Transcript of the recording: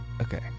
Okay